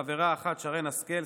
חברה אחת: שרן השכל,